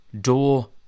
Door